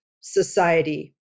society